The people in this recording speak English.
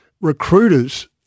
recruiters